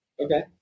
Okay